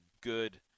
good